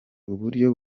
uburyo